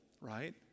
right